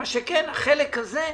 מה שכן, החלק הזה מבוצע.